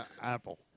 Apple